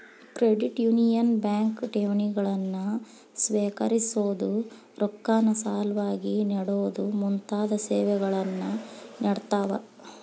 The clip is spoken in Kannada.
ಕ್ರೆಡಿಟ್ ಯೂನಿಯನ್ ಬ್ಯಾಂಕ್ ಠೇವಣಿಗಳನ್ನ ಸ್ವೇಕರಿಸೊದು, ರೊಕ್ಕಾನ ಸಾಲವಾಗಿ ನೇಡೊದು ಮುಂತಾದ ಸೇವೆಗಳನ್ನ ನೇಡ್ತಾವ